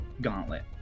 gauntlet